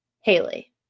Haley